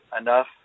enough